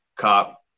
cop